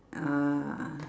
ah